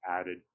added